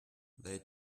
they